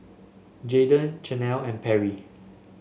Jadon Chanelle and Perry